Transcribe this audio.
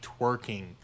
twerking